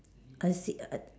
I see uh